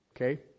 okay